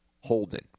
Holden